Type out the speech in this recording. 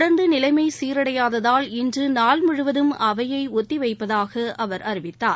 தொடர்ந்து நிலைமை சீரடையாததால் இன்று நாள்முழுவதும் அவையை ஒத்திவைப்பதாக அவர் அறிவித்தார்